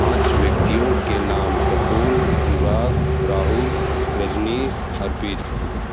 पाँच व्यक्तियों के नाम प्रफुल अनुराग राहुल रजनीश अर्पित